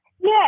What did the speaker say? Yes